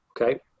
okay